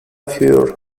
fur